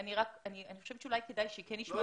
אני חושבת שאולי כדאי כן לשמוע אותה.